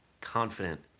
confident